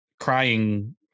crying